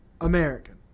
American